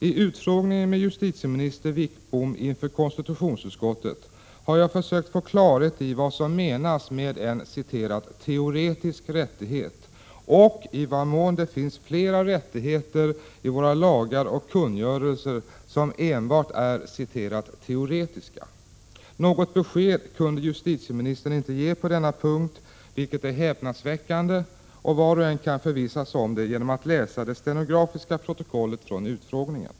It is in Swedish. I utfrågningen med justitieminister Wickbom inför konstitutionsutskottet har jag försökt få klarhet i vad som menas med en ”teoretisk rättighet” och i vad mån det finns flera rättigheter i våra lagar och kungörelser som enbart är ”teoretiska”. Något besked kunde justitieministern inte ge på denna punkt, vilket är häpnadsväckande. Var och en kan förvissa sig om det genom att läsa det stenografiska protokollet från utfrågningen.